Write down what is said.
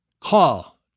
call